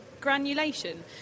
granulation